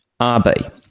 RB